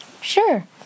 Sure